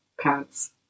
pants